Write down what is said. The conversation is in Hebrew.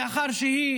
מאחר שהיא